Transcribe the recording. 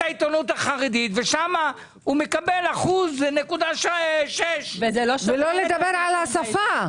העיתונות החרדית ושם מקבל 1.6%. שלא לדבר על השפה.